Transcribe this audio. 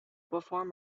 perform